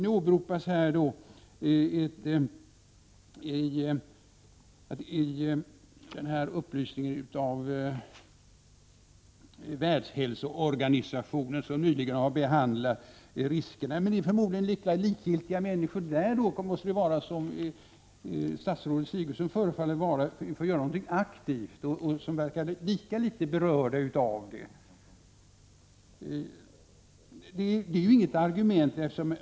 Statsrådet hänvisar till att man på ett expertmöte nyligen inom Världshälsoorganisationen behandlat frågan om riskerna för att HIV-smitta sprids genom internationellt resande och därvid uttalat att resurser främst bör satsas på upplysning. Detta tyder på att man inom Världshälsoorganisationen är lika likgiltig som statsrådet Sigurdsen förefaller att vara när det gäller att göra någonting aktivt.